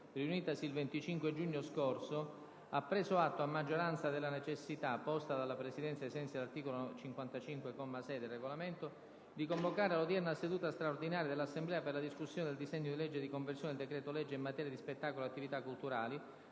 riunitasi il 25 giugno scorso, ha preso atto a maggioranza della necessità - posta dalla Presidenza ai sensi dell'articolo 55, comma 6, del Regolamento - di convocare l'odierna seduta straordinaria dell'Assemblea per la discussione del disegno di legge di conversione del decreto-legge in materia di spettacolo e attività culturali,